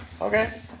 Okay